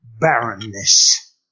Barrenness